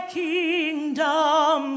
kingdom